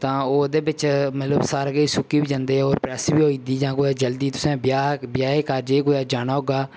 तां ओह्दे बिच्च मतलब सारा किश सुक्की बी जं'दे होर प्रेस बी होई जन्दी जां कुतै जल्दी तुसें ब्याह् ब्याहें कारजें च कुदै जाना होगा